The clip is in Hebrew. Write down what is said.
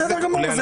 בסדר גמור.